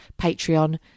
Patreon